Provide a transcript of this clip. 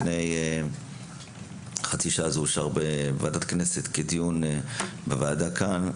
לפני חצי שעה זה אושר בוועדת הכנסת כדיון בוועדה כאן.